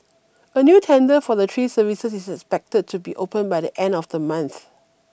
a new tender for the three services is expected to be open by the end of the month